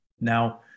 Now